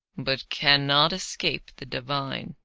but cannot escape the divine.